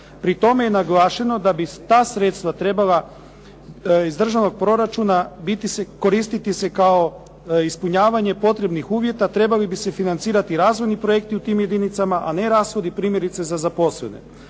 Pri tome je naglašeno da bi ta sredstva trebala iz državnog proračuna koristiti se kao ispunjavanje potrebnih uvjeta. Trebali bi se financirati razvojni projekti u tim jedinicama, a ne rashodi primjerice za zaposlene.